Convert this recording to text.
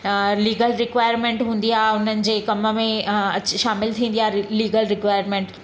अ legal requirement हूंदी आहे उन्हनि जे कम में अ अच शामिल थींदी आहे लीगल रिक्वायरमेंट